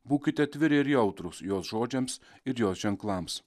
būkite atviri ir jautrūs jos žodžiams ir jos ženklams